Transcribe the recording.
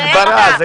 הגברה,